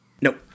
Nope